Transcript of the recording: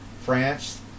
France